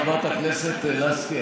חברת הכנסת לסקי,